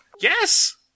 Yes